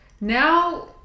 now